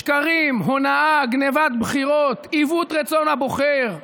שקרים, הונאה, גנבת בחירות, עיוות רצון הבוחר,